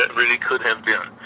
but really could have yeah